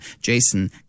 Jason